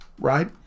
right